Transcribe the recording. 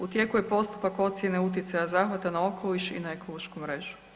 U tijeku je postupak ocjene utjecaja zahvata na okoliš i na ekološku mrežu.